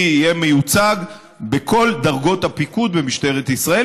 יהיה מיוצג בכל דרגות הפיקוד במשטרת ישראל,